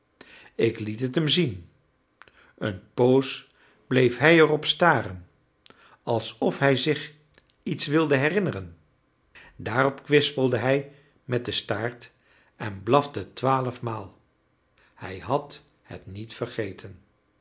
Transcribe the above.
ik liet het hem zien een poos bleef hij er op staren alsof hij zich iets wilde herinneren daarop kwispelde hij met den staart en blafte twaalf maal hij had het niet vergeten